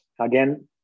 Again